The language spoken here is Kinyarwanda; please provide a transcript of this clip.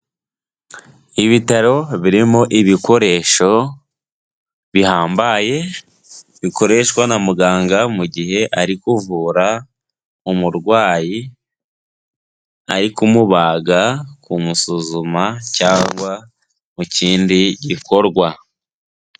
Ibitaro birimo ibikoresho bihambaye bikoreshwa na muganga mu gihe ari kuvura umurwayi, ari ku mubaga, kumusuzuma cyangwa mu kindi gikorwa.